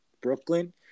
Brooklyn